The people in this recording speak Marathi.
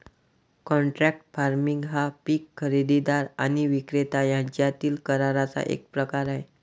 कॉन्ट्रॅक्ट फार्मिंग हा पीक खरेदीदार आणि विक्रेता यांच्यातील कराराचा एक प्रकार आहे